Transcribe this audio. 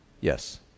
Yes